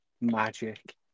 Magic